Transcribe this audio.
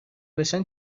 بشن